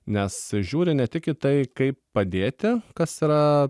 nes žiūri ne tik į tai kaip padėti kas yra